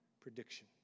prediction